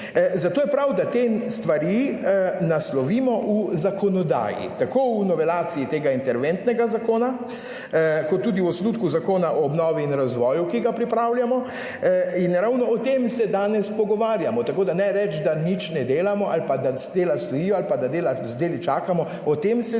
Zato je prav, da te stvari naslovimo v zakonodaji, tako v novelaciji tega interventnega zakona kot tudi v osnutku Zakona o obnovi in razvoju, ki ga pripravljamo. In ravno o tem se danes pogovarjamo, tako da ne reči, da nič ne delamo ali pa da dela stojijo ali pa da dela z deli čakamo, o tem se danes